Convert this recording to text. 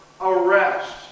arrest